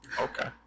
Okay